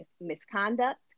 misconduct